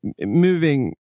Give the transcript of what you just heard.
moving